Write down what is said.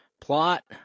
Plot